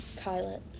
pilot